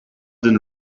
than